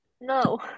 no